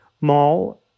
mall